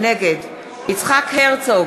נגד יצחק הרצוג,